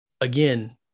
again